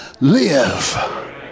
live